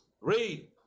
Read